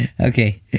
Okay